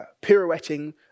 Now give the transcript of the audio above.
pirouetting